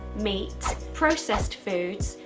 meat, processed foods,